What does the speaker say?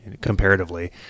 Comparatively